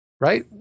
right